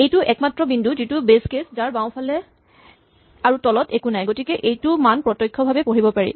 এইটো একমাত্ৰ বিন্দু যিটো বেচ কেচ যাৰ বাওঁফালে আৰু তলত একো নাই গতিকে এইটো মান প্ৰত্যক্ষভাৱে পঢ়িব পাৰি